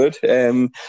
good